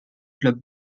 clubs